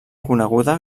coneguda